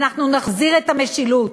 אנחנו נחזיר את המשילות,